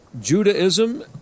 judaism